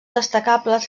destacables